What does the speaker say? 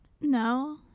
No